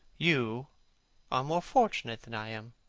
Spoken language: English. you are more fortunate than i am.